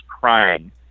crying